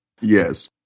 Yes